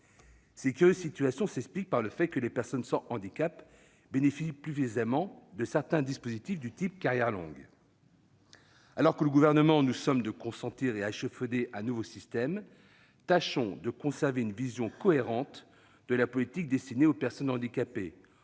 Cette curieuse situation s'explique par le fait que les personnes sans handicap bénéficient plus aisément de certains dispositifs, du type « carrières longues ». Alors que le Gouvernement nous somme de consentir à échafauder un nouveau système, tâchons de conserver une vision cohérente de la politique destinée aux personnes handicapées,